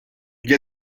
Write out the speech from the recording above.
gli